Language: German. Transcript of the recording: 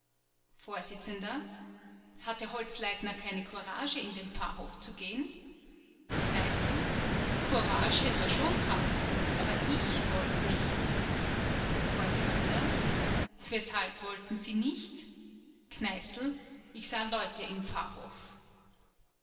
vors hatte holzleitner keine courage in den pfarrhof zu gehen kneißl courag hätt er schon gehabt aber ich wollt nicht vors weshalb wollten sie nicht kneißl ich sah leute im